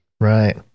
Right